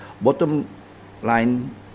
bottom-line